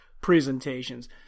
presentations